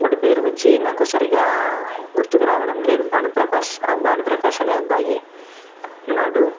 వాడి పేరు వచ్చి నాకు సరిగ్గా గుర్తుకు రావడం లేదు భానుప్రకాష్ భానుప్రకాష్ అనే అబ్బాయి ఉన్నాడు